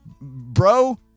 Bro